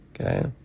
okay